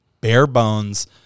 bare-bones